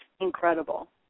incredible